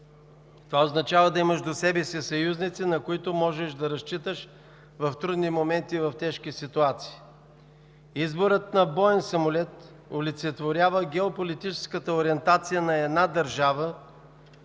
Това означава да имаш до себе си съюзници, на които можеш да разчиташ в трудни моменти, в тежки ситуации. Изборът на боен самолет олицетворява геополитическата ориентация на една държава,